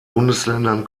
bundesländern